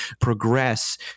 progress